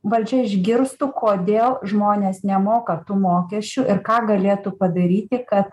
valdžia išgirstų kodėl žmonės nemoka tų mokesčių ir ką galėtų padaryti kad